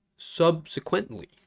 Subsequently